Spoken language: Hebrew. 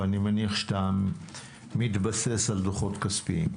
אני מניח שאתה מתבסס על דוחות כספיים.